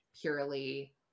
purely